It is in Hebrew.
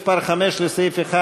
הסתייגות מס' 5 לסעיף 1,